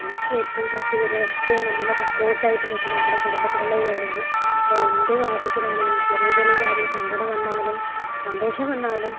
നമുക്ക് ഏറ്റവും ശക്തി തരുന്നത് എപ്പോഴും നമ്മുടെ സപ്പോർട്ടായിട്ട് നിൽക്കുന്നത് നമ്മുടെ കുടുംബത്തിലുള്ളവർ തന്നെയാണ് അപ്പോൾ എന്തു കാര്യത്തിനാണെങ്കിലും ചെറിയ ചെറിയ കാര്യം സങ്കടം വന്നാലും സന്തോഷം വന്നാലും